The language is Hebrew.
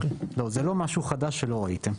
זה לא משהו חדש שלא ראיתם.